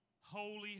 holy